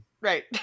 right